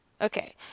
Okay